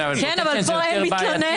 כן, אבל פה אין מתלונן.